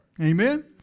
Amen